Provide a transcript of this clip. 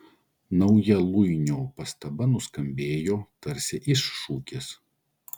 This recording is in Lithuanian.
nauja luinio pastaba nuskambėjo tarsi iššūkis